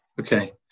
okay